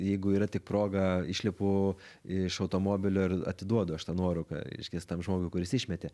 jeigu yra tik proga išlipu iš automobilio ir atiduodu aš tą nuorūką reiškias tam žodžiui kuris išmetė